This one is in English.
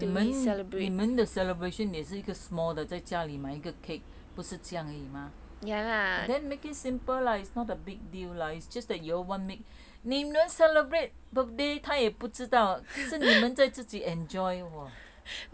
你们你们的 celebration 也是一个 small 的在家里买一个 cake 不是这样而已 mah then make it simple lah it's not a big deal lah is just that y'all want make 你们 celebrate birthday 它也不知道是你们自己在 enjoy !wah!